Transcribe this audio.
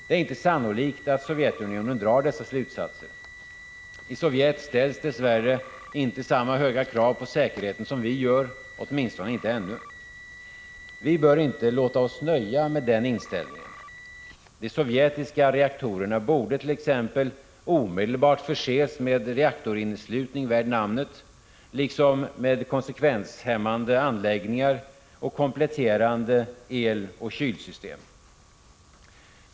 Det är inte sannolikt att Sovjetunionen drar dessa slutsatser. I Sovjet ställer man dess värre inte samma höga krav på säkerheten som vi gör — åtminstone inte ännu. Vi bör inte låta oss nöja med den inställningen. De sovjetiska reaktorerna borde t.ex. omedelbart förses med reaktorinneslutning värd namnet liksom med konsekvenshämmande anläggningar och kompletterande eloch kylsystem.